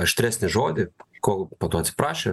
aštresnį žodį kol po to atsiprašė